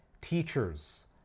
teachers